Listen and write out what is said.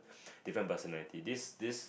different personality this this